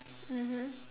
mmhmm